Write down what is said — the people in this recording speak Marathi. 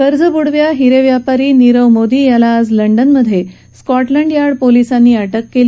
कर्जबुडव्या हिरेव्यापारी नीरव मोदी याला आज लंडनमध्ये स्कॉ ऊंड यार्ड पोलिसांनी अ ऊ केली